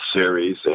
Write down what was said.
Series